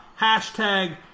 hashtag